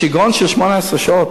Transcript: השיגעון של 18 שעות,